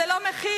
זה לא מחיר,